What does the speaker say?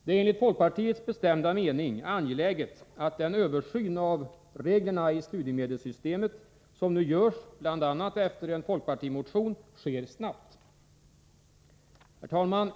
Det är enligt folkpartiets bestämda mening angeläget att den översyn av reglerna i studiemedelssystemet som nu görs, bl.a. efter en folkpartimotion, sker snabbt. Herr talman!